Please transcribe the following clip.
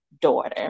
daughter